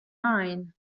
mine